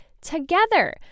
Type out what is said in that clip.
together